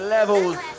Levels